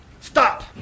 stop